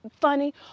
funny